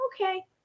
okay